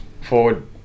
forward